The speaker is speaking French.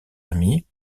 amis